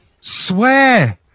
Swear